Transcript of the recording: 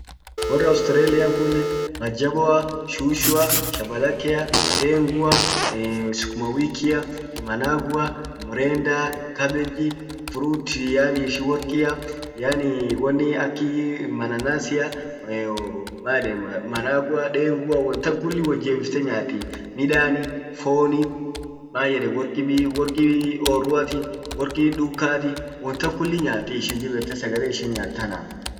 Wor Australian kunnen, majaboa, shushua, shabalakea, dengua, sukumawikia, manavua, mrenda, cabbage, fruits yaani ishin workia, yaani won akii mananasia, maeden mavavua, dengua, won tan kulli wot jebifte nyaati .midani, foni, mayeden worki orruati, worki dukati, won tan kulli myaati ishin dib ete sagale ishin nyaat tana.